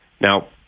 Now